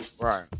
Right